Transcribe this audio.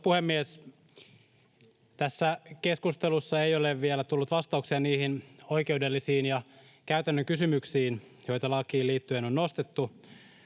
Arvoisa puhemies! Tässä keskustelussa ei ole vielä tullut vastauksia niihin oikeudellisiin ja käytännön kysymyksiin, joita lakiin liittyen on nostettu,